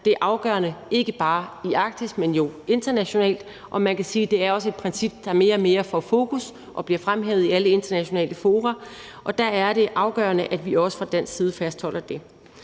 der er afgørende, ikke bare i Arktis, men jo internationalt, og man kan sige, at det også er et princip, der mere og mere får fokus og bliver fremhævet i alle internationale fora. Der er det afgørende, at vi også fra dansk side fastholder det.